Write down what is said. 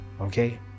Okay